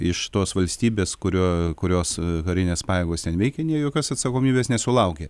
iš tos valstybės kurio kurios karinės pajėgos ten veikė ne jokios atsakomybės nesulaukė